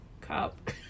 Cup